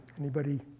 anybody